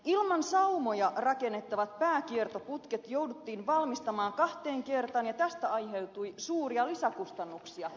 ilman saumoja rakennettavat pääkiertoputket jouduttiin valmistamaan kahteen kertaan ja tästä aiheutui suuria lisäkustannuksia